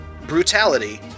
brutality